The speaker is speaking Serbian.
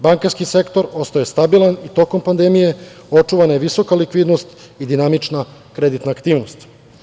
Bankarski sektor ostao je stabilan tokom pandemije, očuvana je visoka likvidnost i dinamična kreditna aktivnost.